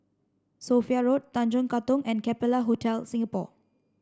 Sophia Road Tanjong Katong and Capella Hotel Singapore